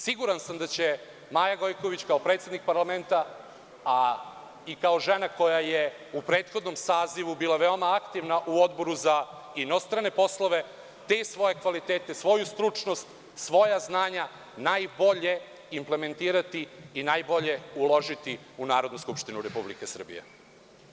Siguran sam da će Maja Gojković, kao predsednik parlamenta, a i kao žena koja je u prethodnom sazivu bila veoma aktivna u Odboru za inostrane poslove, te svoje kvalitete, svoju stručnost, svoja znanja, najbolje implementirati i najbolje uložiti u Narodnu skupštinu Republike Srbije.